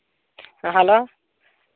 ᱦᱮᱸ ᱦᱮᱞᱳ